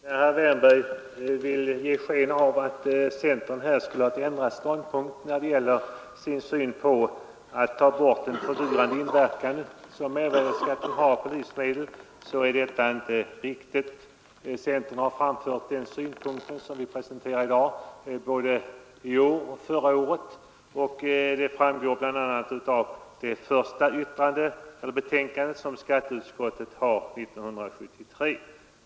Fru talman! Herr Wärnberg ville ge sken av att centern hade ändrat ståndpunkt när det gäller att få bort den fördyring av livsmedlen som mervärdeskatten innebär. Detta är fel. Centern har både förra året och i år anfört den synpunkt som vi presenterar i dag. Det framgår bl.a. av skatteutskottets första betänkande 1973.